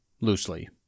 Loosely